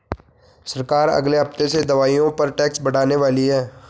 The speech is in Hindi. सरकार अगले हफ्ते से दवाइयों पर टैक्स बढ़ाने वाली है